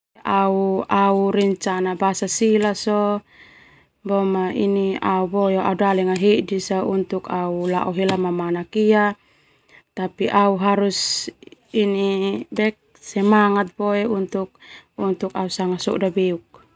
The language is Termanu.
Au rencana basa sila so au dale hedis untuk au lao hela mamanak ia, tapi au harus au semangat boe untuk au sanga soda beuk.